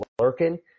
lurking